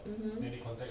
um hmm